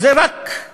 זה רק בישראל.